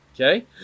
Okay